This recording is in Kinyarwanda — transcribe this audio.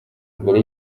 mbere